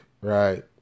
right